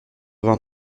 vingt